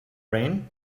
rain